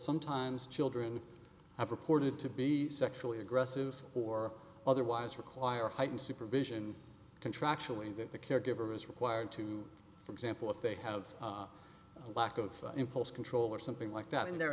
sometimes children have reported to be sexually aggressive or otherwise require heightened supervision contractually that the caregiver is required to for example if they have a lack of impulse control or something like that in their